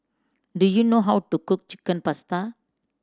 do you know how to cook Chicken Pasta